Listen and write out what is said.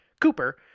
Cooper